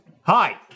Hi